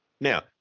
Now